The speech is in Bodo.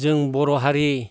जों बर' हारि